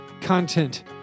content